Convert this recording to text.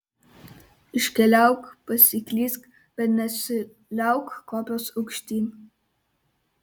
iškeliauk pasiklysk bet nesiliauk kopęs aukštyn